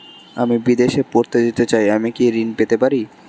আমি বিদেশে পড়তে যেতে চাই আমি কি ঋণ পেতে পারি?